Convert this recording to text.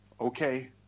Okay